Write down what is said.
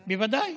בוודאי,